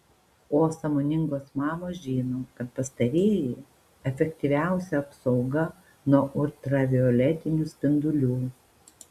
o sąmoningos mamos žino kad pastarieji efektyviausia apsauga nuo ultravioletinių spindulių